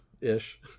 ish